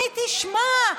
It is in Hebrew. מי תשמע,